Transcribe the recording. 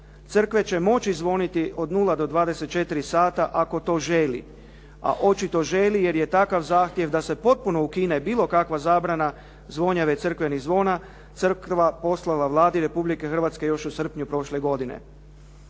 Crkve će moći zvoniti od 0 do 24,00 sata ako to želi, a očito želi jer je takav zahtjev da se potpuno ukine bilo kakva zabrana zvonjave crkvenih zvona, Crkva poslala Vladi Republike Hrvatske još u srpnju prošle godine.